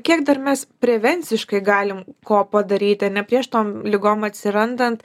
kiek dar mes prevenciškai galim ko padaryti ne prieš tom ligom atsirandant